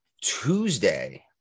Tuesday